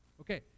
Okay